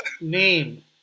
name